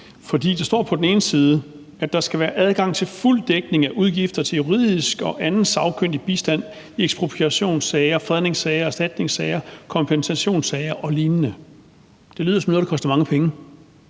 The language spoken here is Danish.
for der står på den ene side, at der skal være adgang til fuld dækning af udgifter til juridisk og anden sagkyndig bistand i ekspropriationssager, fredningssager, erstatningssager, kompensationssager og lignende. Det lyder som noget, der koster mange penge.